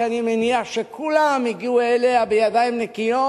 שאני מניח שכולם הגיעו אליה בידיים נקיות,